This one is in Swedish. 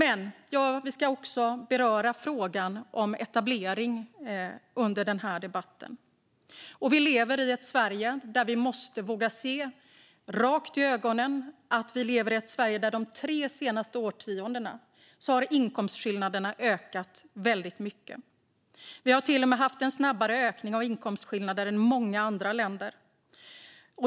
Vi ska också beröra frågan om etablering under denna debatt. Vi måste våga se att vi lever i ett Sverige där inkomstskillnaderna ökat väldigt mycket under de tre senaste årtiondena. Vi har haft en snabbare ökning av inkomstskillnader än många andra länder.